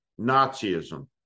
Nazism